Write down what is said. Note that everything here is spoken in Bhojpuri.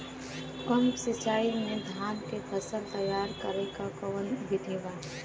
कम सिचाई में धान के फसल तैयार करे क कवन बिधि बा?